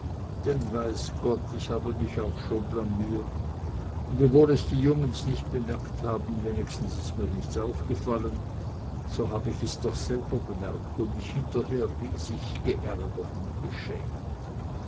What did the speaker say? denn weiß es gott ich habe mich auch schon blamiert und wiewohl es die jungens nicht bemerkt haben wenigstens ist mir nichts aufgefallen so hab ich es doch selber bemerkt und mich hinterher riesig geärgert und geschämt